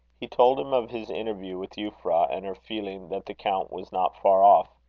he told him of his interview with euphra, and her feeling that the count was not far off.